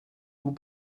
vous